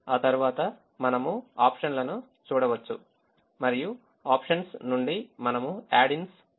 ఆ తర్వాత మనము option లను చూడవచ్చు మరియు options నుండి మనము add ins చేయగలము